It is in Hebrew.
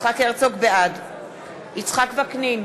בעד יצחק וקנין,